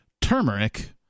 turmeric